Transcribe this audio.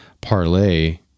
parlay